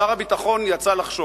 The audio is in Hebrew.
שר הביטחון יצא לחשוב.